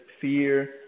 fear